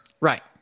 Right